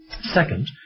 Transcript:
Second